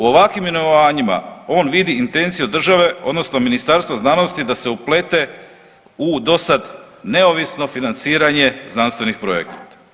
U ovakvim imenovanjima on vidi intenciju države odnosno Ministarstva znanosti da se uplete u dosad neovisno financiranje znanstvenih projekata.